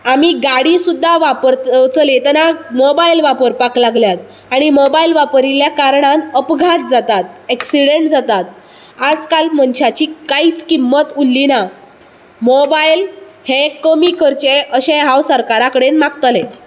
आमी गाडी सुद्दां वापर चलयतना मोबायल वापरपाक लागल्यात आनी मोबायल वापरिल्या कारणान अपघात जातात ऍक्सीडेंट जातात आजकाल मनशाची कांयच किंमत उरली ना मोबायल हे कमी करचे हे हांव सरकारा कडेन मागतलें